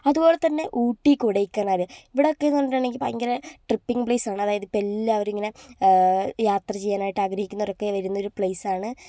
അതുപോലെ തന്നെ ഊട്ടി കൊടൈയ്ക്കനാൽ ഇവിടെയൊക്കെയെന്ന് പറഞ്ഞിട്ടുണ്ടെങ്കിൽ ഭയങ്കര ട്രിപ്പിങ് പ്ലേയ്സ് ആണ് അതായത് ഇപ്പം എല്ലാവരും ഇങ്ങനെ യാത്ര ചെയ്യാനായിട്ട് ആഗ്രഹിക്കുന്നവരൊക്കെ വരുന്ന ഒരു പ്ലേയ്സ് ആണ്